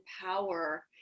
power